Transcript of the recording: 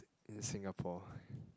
in Singapore